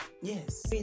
Yes